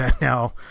Now